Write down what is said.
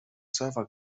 server